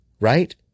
right